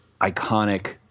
iconic